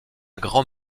grand